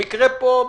במקרה פה,